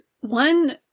One